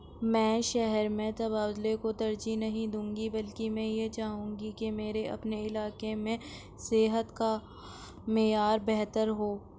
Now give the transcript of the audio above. میں شہر میں تبادلہ کو ترجیح نہیں دوں گی بلکہ میں یہ چاہوں گی کی میرے اپنے علاقے میں صحت کا معیار بہتر ہو